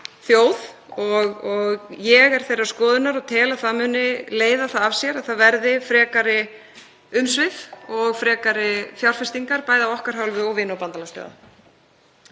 Ég er þeirrar skoðunar og tel að það muni leiða það af sér að það verði frekari umsvif og frekari fjárfestingar, bæði af okkar hálfu og vina- og bandalagsþjóða.